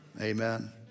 Amen